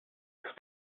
tout